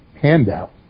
handout